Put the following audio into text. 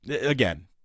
again